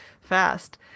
fast